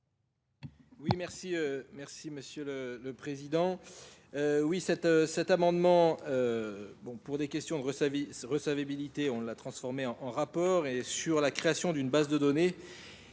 Oui, merci. Merci, Monsieur le Président. Oui, cet amendement pour des questions de recevabilité, on l'a transformé en rapport et sur la création d'une base de données.